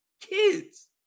kids